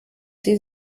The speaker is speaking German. sie